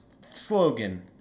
slogan